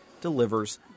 delivers